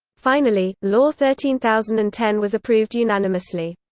finally, law thirteen thousand and ten was approved unanimously.